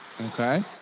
okay